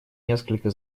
несколько